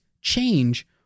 change